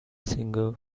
singer